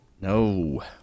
No